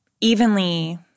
evenly